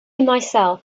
myself